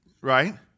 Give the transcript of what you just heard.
right